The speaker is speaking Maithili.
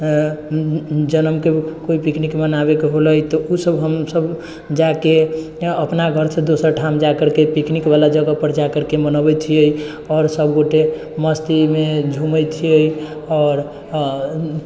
जनमके कोइ पिकनिक मनाबैके होले तऽ ओसब हमसब जाकऽ अपना घरसँ दोसर ठाम जा करिके पिकनिकवला जगहपर जा करिके मनबै छिए आओर सबगोटे मस्तीमे झुमै छिए आओर